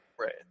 right